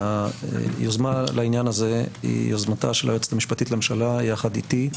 היוזמה לעניין הזה היא יוזמתה של היועצת המשפטית לממשלה יחד אתי,